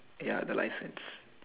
ya the license